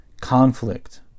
conflict